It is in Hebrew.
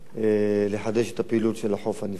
לחדש את הפעילות של החוף הנפרד.